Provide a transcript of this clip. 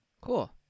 Cool